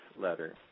Letter